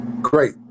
Great